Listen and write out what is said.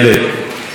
בבקשה,